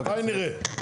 מה נראה?